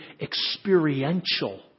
experiential